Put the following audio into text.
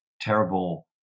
terrible